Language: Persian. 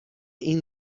این